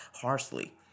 harshly